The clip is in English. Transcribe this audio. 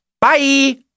Bye